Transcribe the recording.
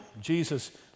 Jesus